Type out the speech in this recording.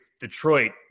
Detroit